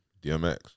DMX